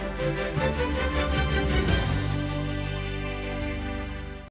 Дякую